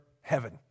heaven